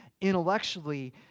intellectually